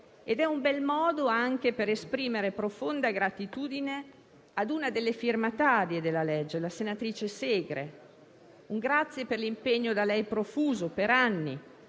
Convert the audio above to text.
È un bel modo anche per esprimere profonda gratitudine a una delle firmatarie della legge, la senatrice Segre. La ringrazio per l'impegno da lei profuso in